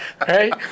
right